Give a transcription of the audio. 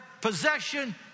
possession